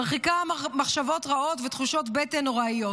מרחיקה מחשבות רעות ותחושות בטן נוראיות.